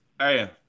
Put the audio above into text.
Hey